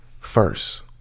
first